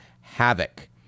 havoc